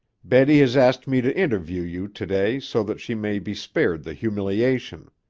betty has asked me to interview you to-day so that she may be spared the humiliation.